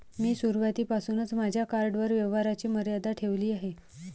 मी सुरुवातीपासूनच माझ्या कार्डवर व्यवहाराची मर्यादा ठेवली आहे